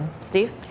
Steve